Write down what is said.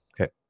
Okay